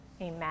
Amen